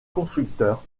constructeur